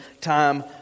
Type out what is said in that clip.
time